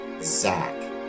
Zach